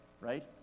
Right